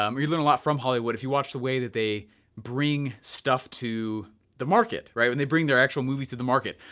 um you learn a lot from hollywood, if you watch the way that they bring stuff to the market, right? when they bring their actual movies to the market.